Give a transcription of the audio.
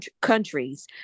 countries